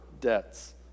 debts